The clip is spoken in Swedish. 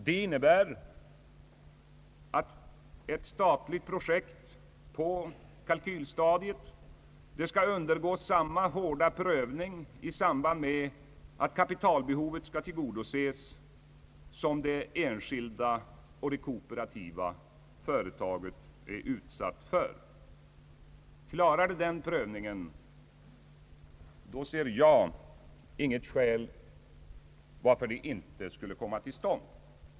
Det innebär att ett statligt projekt på kalkylstadiet skall undergå samma hårda prövning i samband med att kapitalbehovet skall tillgodoses som det enskilda och det kooperativa företaget är utsatt för. Klarar det den prövningen ser jag inget skäl varför det inte skulle komma till stånd.